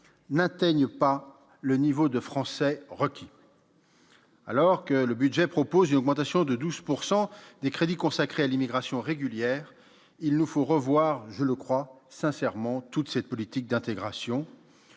n'atteignent pas le niveau de français requis. Alors que le budget propose une augmentation de 12 pourcent des crédits consacrés à l'immigration régulière, il nous faut revoir, je le crois sincèrement toute cette politique d'intégration,